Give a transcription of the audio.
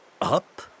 up